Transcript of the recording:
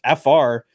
FR